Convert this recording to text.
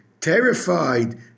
terrified